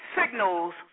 signals